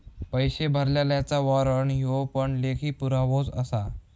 पैशे भरलल्याचा वाॅरंट ह्यो पण लेखी पुरावोच आसा